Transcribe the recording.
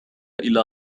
إلى